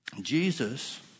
Jesus